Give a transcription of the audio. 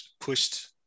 pushed